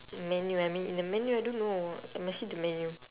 menu I mean in the menu I don't know I must see the menu